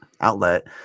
outlet